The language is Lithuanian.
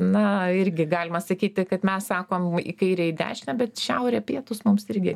na irgi galima sakyti kad mes sakom į kairę į dešinę bet šiaurė pietūs mums irgi